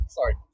Sorry